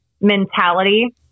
mentality